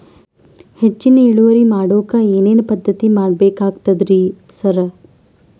ಹೆಚ್ಚಿನ್ ಇಳುವರಿ ಮಾಡೋಕ್ ಏನ್ ಏನ್ ಪದ್ಧತಿ ಮಾಡಬೇಕಾಗ್ತದ್ರಿ ಸರ್?